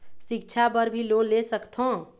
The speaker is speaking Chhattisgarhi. सिक्छा बर भी लोन ले सकथों?